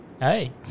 Hey